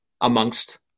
amongst